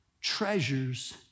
treasures